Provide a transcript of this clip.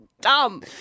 dumb